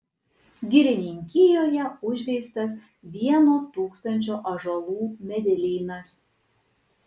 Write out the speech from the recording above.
girininkijoje užveistas vieno tūkstančio ąžuolų medelynas